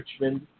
Richmond